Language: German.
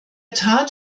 tat